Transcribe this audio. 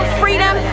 freedom